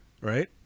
right